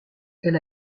elle